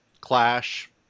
Clash